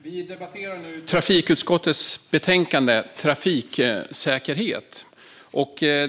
Fru talman! Vi debatterar nu trafikutskottets betänkande Trafiksäkerhet .